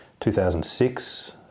2006